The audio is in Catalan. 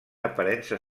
aparença